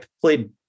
played